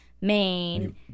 Maine